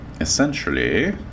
essentially